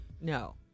No